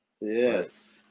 Yes